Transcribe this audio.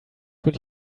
would